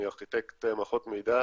אני ארכיטקט מערכות מידע.